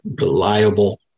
reliable